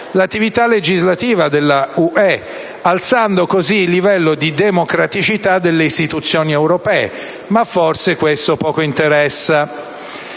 l'attività legislativa dell'Unione europea, alzando così il livello di democraticità delle istituzioni europee. Ma forse questo poco interessa.